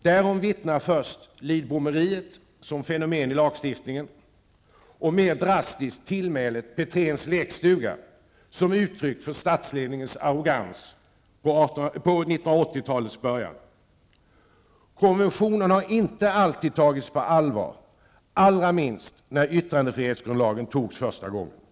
Därom vittnar först Lidbomeriet som fenomen i lagstiftningen och, mer drastiskt, tillmälet Petréns lekstuga som uttryck för statsledningens arrogans på 1980-talets början. Konventionen har inte alltid tagits på allvar, allra minst när yttrandefrihetsgrundlagen första gången antogs.